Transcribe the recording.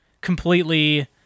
completely